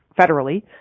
federally